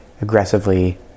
aggressively